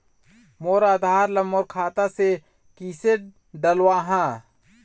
मोर आधार ला मोर खाता मे किसे डलवाहा?